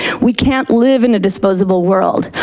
we can't live in a disposable world.